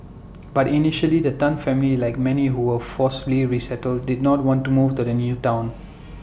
but initially the Tan family like many who were forcibly resettled did not want to move to the new Town